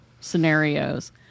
scenarios